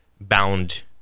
bound